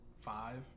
five